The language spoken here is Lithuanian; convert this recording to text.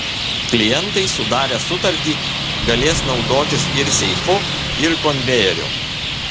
klientai sudarę sutartį galės naudotis ir seifu ir konvejeriu